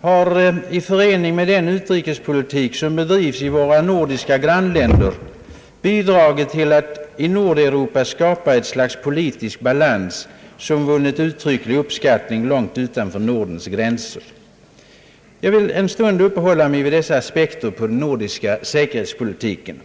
har i förening med den utrikespolitik som bedrives i våra nordiska grannländer bidragit till att i Nordeuropa skapa ett slags politisk balans som vunnit uttryck för uppskattning långt utanför Nordens gränser. Jag vill en stund uppehålla mig vid dessa aspekter på den nordiska säkerhetspolitiken.